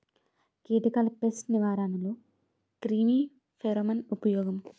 కీటకాల పేస్ట్ నిర్వహణలో క్రిమి ఫెరోమోన్ ఉపయోగం